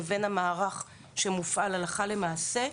לבין המערך שמפעיל הלכה למעשה.